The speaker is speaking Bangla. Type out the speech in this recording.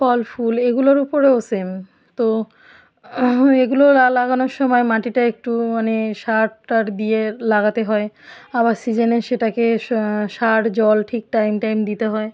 ফল ফুল এগুলোর উপরেও সেম তো এগুলো লাগানোর সময় মাটিটা একটু মানে সার টার দিয়ে লাগাতে হয় আবার সিজনে সেটাকে সার জল ঠিক টাইম টাইম দিতে হয়